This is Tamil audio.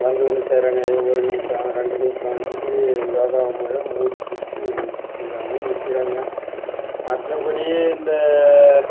வந்து வந்து செய்கிறாங்க ஒரு நிமிஷம் ரெண்டு நிமிஷம் இப்படி யோகா முறையில் மூச்சு பிடிச்சு நிற்கிறாங்க நிற்கிறாங்க மற்றபடி இந்த